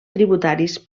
tributaris